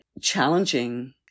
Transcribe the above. challenging